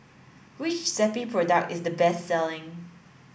which Zappy product is the best selling